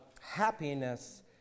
happiness